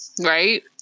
right